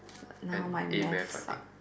now my Math suck